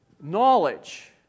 Knowledge